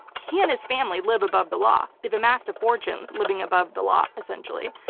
he and his family live above the law. they've amassed a fortune living above the law essentially.